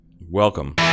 Welcome